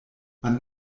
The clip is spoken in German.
man